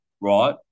right